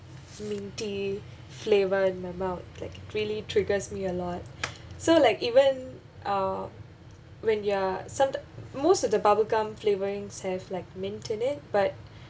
minty flavor in my mouth like really triggers me a lot so like even uh when they're sometime most of the bubblegum flavorings have like mint in it but